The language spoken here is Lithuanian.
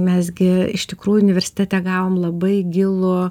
mes gi iš tikrųjų universitete gavom labai gilų